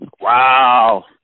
Wow